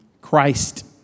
Christ